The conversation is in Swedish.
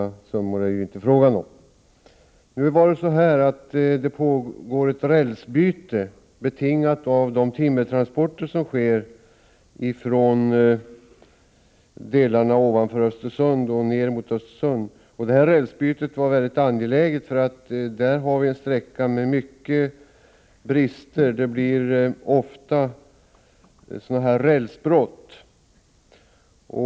Det har pågått ett arbete med rälsbyte på en del av inlandsbanan betingat av timmertransporter från områdena norr om och ned mot Östersund. Detta rälsbyte är mycket angeläget, eftersom det på denna bansträcka finns många brister och det ofta har varit rälsbrott.